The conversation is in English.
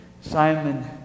Simon